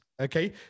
Okay